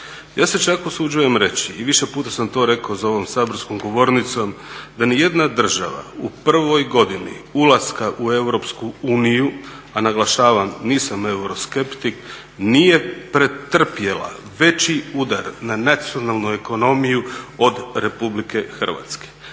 Ja se čak usuđujem reći i više puta samo to rekao za ovom saborskom govornicom da ni jedna država u prvoj godini ulaska u EU, a naglašavam nisam euroskeptik, nije pretrpjela veći udar na nacionalnu ekonomiju od RH.